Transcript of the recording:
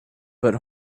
but